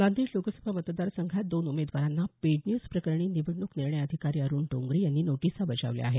नांदेड लोकसभा मतदार संघात दोन उमेदवारांना पेड न्यूज प्रकरणी निवडणूक निर्णय अधिकारी अरुण डोंगरे यांनी नोटीसा बजावल्या आहेत